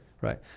right